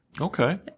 Okay